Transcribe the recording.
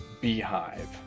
beehive